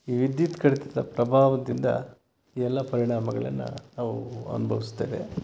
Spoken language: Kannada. ಈ ವಿದ್ಯುತ್ ಕಡಿತದ ಪ್ರಭಾವದಿಂದ ಎಲ್ಲ ಪರಿಣಾಮಗಳನ್ನು ನಾವು ಅನುಭವಿಸ್ತೇವೆ